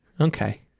Okay